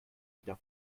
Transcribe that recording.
wieder